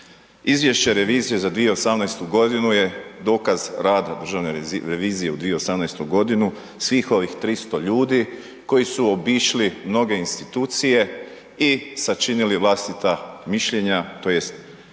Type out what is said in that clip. Izvješće revizije za 2018. godinu je dokaz rada državne revizije u 2018. g., svih ovih 300 ljudi koji su obišli mnoge institucije i sačinili vlastita mišljenja tj.